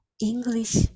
english